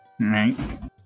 right